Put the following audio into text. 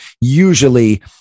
usually